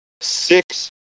six